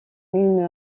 une